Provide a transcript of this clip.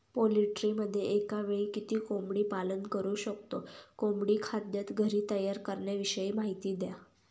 पोल्ट्रीमध्ये एकावेळी किती कोंबडी पालन करु शकतो? कोंबडी खाद्य घरी तयार करण्याविषयी माहिती द्या